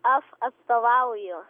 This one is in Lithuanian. aš atstovauju